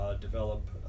develop